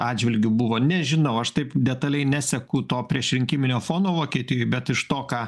atžvilgiu buvo nežinau aš taip detaliai neseku to priešrinkiminio fono vokietijoj bet iš to ką